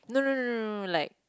no no no no no like